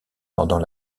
pendant